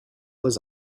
was